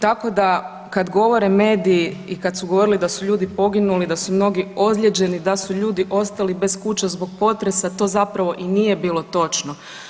Tako da kad govore mediji i kad su govorili da su ljudi poginuli, da su mnogi ozlijeđeni, da su ljudi ostali bez kuća zbog potresa to zapravo i nije bilo točno.